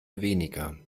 weniger